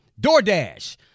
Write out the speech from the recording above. DoorDash